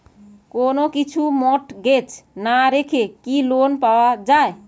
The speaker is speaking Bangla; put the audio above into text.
কোন কিছু মর্টগেজ না রেখে কি লোন পাওয়া য়ায়?